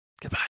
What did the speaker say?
Goodbye